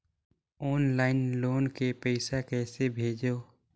Online loan के पईसा कइसे भेजों?